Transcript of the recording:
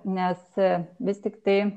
nesi vis tiktai